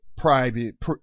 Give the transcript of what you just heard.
private